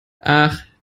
ach